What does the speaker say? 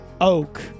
Oak